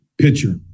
pitcher